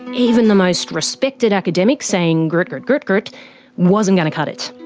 even the most respected academic saying grt grt grt grt wasn't going to cut it.